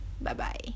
Bye-bye